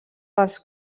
pels